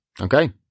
Okay